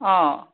অ